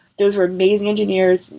those were amazing engineers,